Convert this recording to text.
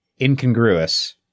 incongruous